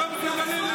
אתם לא מסוגלים לשלוט.